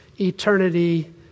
eternity